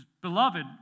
Beloved